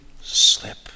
slip